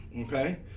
okay